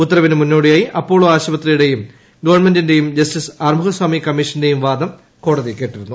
ഉത്തരവിന് മുന്നോടിയായി അപ്പോളോ ആശുപത്രിയുടേയും ഗവൺമെന്റിന്റേയും ജസ്റ്റിസ് ആറുമുഖസ്വാമി കമ്മീഷന്റേയും വാദം കോടതി കേട്ടിരുന്നു